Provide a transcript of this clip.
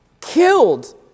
killed